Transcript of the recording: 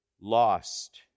lost